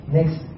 Next